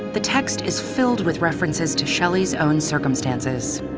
the text is filled with references to shelley's own circumstances.